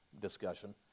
discussion